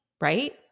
right